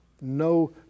No